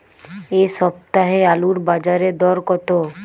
এ সপ্তাহে আলুর বাজারে দর কত?